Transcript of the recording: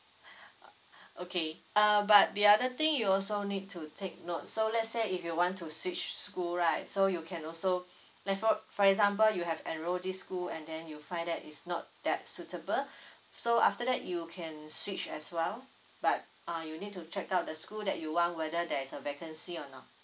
okay err but the other thing you also need to take note so let's say if you want to switch school right so you can also like for for example you have enroll this school and then you find that is not that suitable so after that you can switch as well but uh you need to check out the school that you want whether there's a vacancy or not